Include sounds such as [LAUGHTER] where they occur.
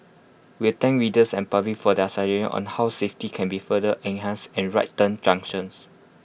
we thank readers and public for their [UNINTELLIGIBLE] on how safety can be further enhanced at right turn junctions